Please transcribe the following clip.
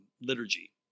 liturgy